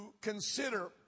consider